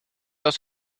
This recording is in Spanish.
los